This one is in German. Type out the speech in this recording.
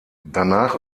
danach